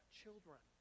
children